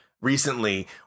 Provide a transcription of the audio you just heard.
recently